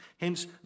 Hence